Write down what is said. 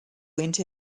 went